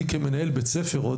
אני כמנהל בית ספר,